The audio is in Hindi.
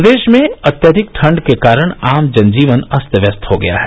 प्रदेश में अत्यधिक ठंड के कारण आम जन जीवन अस्त व्यस्त हो गया है